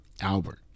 Albert